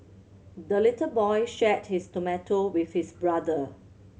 the little boy shared his tomato with his brother